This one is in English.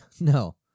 No